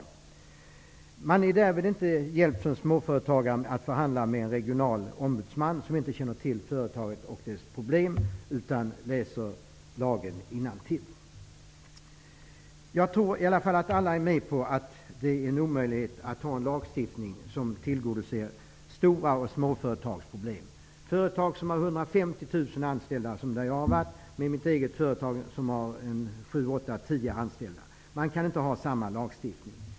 Som småföretagare är man därvid inte hjälpt av att förhandla med en regional ombudsman, som inte känner till företaget och dess problem utan läser lagen innantill. Jag tror att alla är med på att det är en omöjlighet att ha en arbetsrättslagstiftning som tillgodoser både stora och små företag. Företag som har 150 000 anställda, som det företag där jag har varit, och mitt eget företag, som har upp emot 10 anställda, kan inte lyda under samma lagstiftning.